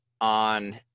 on